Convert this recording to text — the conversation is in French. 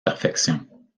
perfection